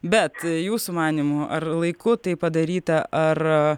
bet jūsų manymu ar laiku tai padaryta ar